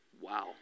Wow